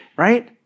Right